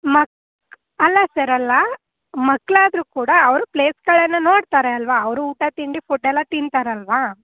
ಮಕ್ ಅಲ್ಲ ಸರ್ ಅಲ್ಲ ಮಕ್ಕಳಾದ್ರು ಕೂಡ ಅವರು ಪ್ಲೇಸ್ಗಳನ್ನು ನೋಡ್ತಾರೆ ಅಲ್ವಾ ಅವರು ಊಟ ತಿಂಡಿ ಫುಡ್ ಎಲ್ಲ ತಿಂತಾರಲ್ವಾ